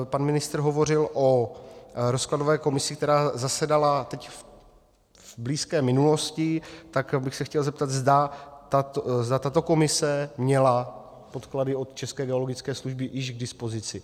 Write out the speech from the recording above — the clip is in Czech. Pan ministr hovořil o rozkladové komisi, která zasedala teď v blízké minulosti, tak bych se chtěl zeptat, zda tato komise měla podklady od České geologické služby již k dispozici.